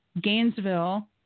Gainesville